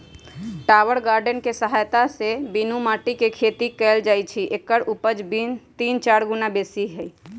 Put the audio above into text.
tower garden कें सहायत से बीनु माटीके खेती कएल जाइ छइ एकर उपज तीन चार गुन्ना बेशी होइ छइ